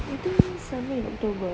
I think somewhere in october